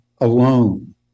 alone